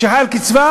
שחי על קצבה,